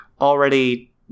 already